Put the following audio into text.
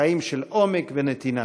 לחיים של עומק ונתינה.